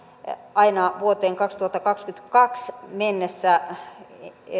aina vuoteen kaksituhattakaksikymmentäkaksi mennessä